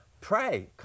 pray